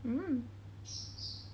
mm